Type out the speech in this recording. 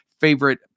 favorite